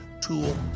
tool